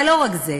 אבל לא רק זה.